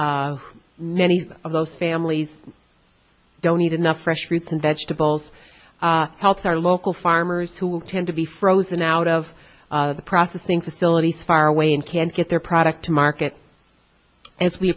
nannies of those families don't eat enough fresh fruits and vegetables helps our local farmers who tend to be frozen out of the processing facilities far away and can't get their product to market as we